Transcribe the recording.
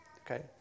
okay